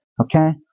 Okay